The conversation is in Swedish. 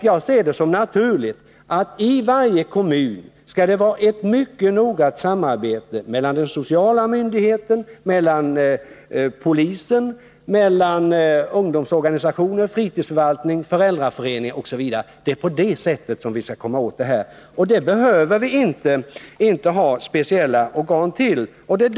Jag ser det som naturligt att det i varje kommun skall vara ett mycket nära samarbete mellan sociala myndigheter, polis, ungdomsorganisationer, fritidsförvaltning, föräldraförening osv. Det är på det sättet vi skall komma åt detta problem, och det behöver vi inte några speciella organ till.